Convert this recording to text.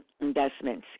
investments